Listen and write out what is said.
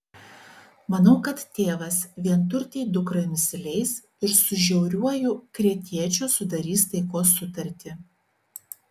manau kad tėvas vienturtei dukrai nusileis ir su žiauriuoju kretiečiu sudarys taikos sutartį